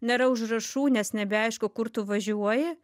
nėra užrašų nes nebeaišku kur tu važiuoji